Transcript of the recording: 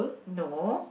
no